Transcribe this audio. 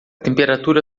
temperatura